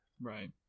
Right